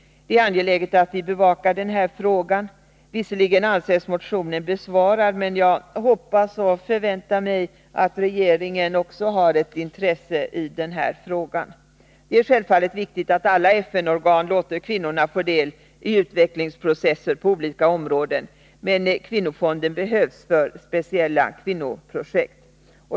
Det är angeläget att vi bevakar den här frågan. Visserligen anses motionen besvarad, men jag hoppas och förväntar mig att regeringen också har ett intresse i denna fråga. Det är självfallet viktigt att alla FN-organ låter kvinnorna få del av utvecklingsprocesser på olika områden, men kvinnofonden behövs för speciella kvinnoprojekt.